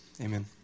Amen